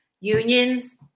Unions